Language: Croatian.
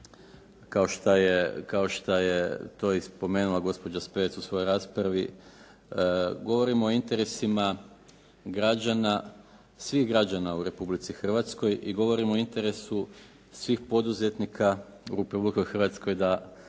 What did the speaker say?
kao što je to i spomenula gospođa Spevec u svojoj raspravi, govorimo o interesima građana, svih građana u Republici Hrvatskoj i govorimo o interesu svih poduzetnika u Republici Hrvatskoj da